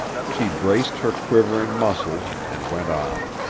she braced her quivering muscles and went on.